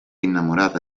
innamorata